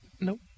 Nope